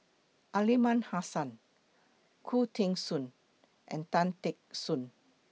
Aliman Hassan Khoo Teng Soon and Tan Teck Soon